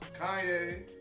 Kanye